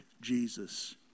jesus